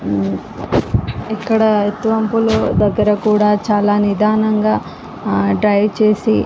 ఈ ఇక్కడ ఎత్తు ఒంపులు దగ్గర కూడా చాలా నిదానంగా డ్రైవ్ చేసి